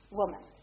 woman